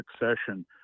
succession